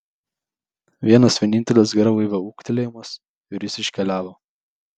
vienas vienintelis garlaivio ūktelėjimas ir jis iškeliavo